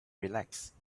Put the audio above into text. relax